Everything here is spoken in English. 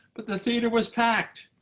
but the theater was packed.